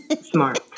smart